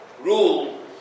rule